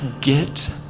Get